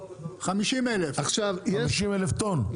50,000. 50,000 טון?